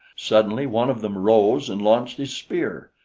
suddenly one of them rose and launched his spear.